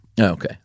okay